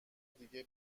دیگه